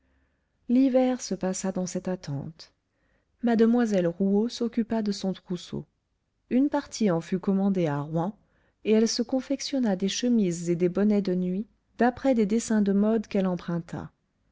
l'hiver se passa dans cette attente mademoiselle rouault s'occupa de son trousseau une partie en fut commandée à rouen et elle se confectionna des chemises et des bonnets de nuit d'après des dessins de modes qu'elle emprunta